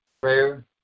Prayer